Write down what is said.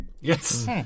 yes